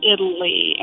Italy